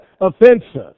offensive